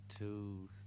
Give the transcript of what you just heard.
Two